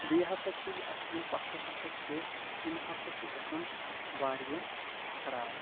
بیٚیہِ ہسا چھ یہِ اَتھ یِم پکھٕ ہسا چھ یِم ہسا چھ گژھان واریاہ خراب